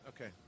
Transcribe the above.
Okay